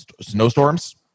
Snowstorms